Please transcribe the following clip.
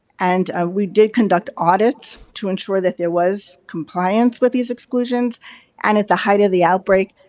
and we did conduct audits to ensure that there was compliance with these exclusions and at the height of the outbreak,